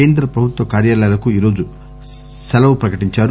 కేంద్ర ప్రభుత్వ కార్యాలయాలకు ఈ రోజు హోలీ సెలవు ప్రకటించారు